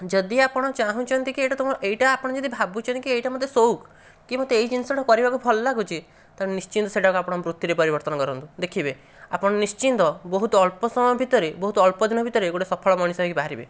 ଯଦି ଆପଣ ଚାହୁଁଛନ୍ତି କି ଏଇଟା ତମ ଏଇଟା ଯଦି ଭାବୁଛନ୍ତି କି ଏଇଟା ସୋଉକ ମତେ ଏଇ ଜିନିଷ ତ କରିବାକୁ ଭଲ ଲାଗୁଛି ତ ନିଶ୍ଚିନ୍ତ ସେଇଟାକୁ ବୃତ୍ତିରେ ପରିଣତ କରନ୍ତୁ ଦେଖିବେ ଆପଣ ନିଶ୍ଚିନ୍ତ ବହୁତ ଅଳ୍ପ ସମୟ ଭିତରେ ଗୋଟେ ସଫଳ ମଣିଷ ହେଇ ବାହାରିବେ